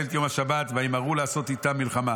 את יום השבת וימהרו לעשות איתם מלחמה.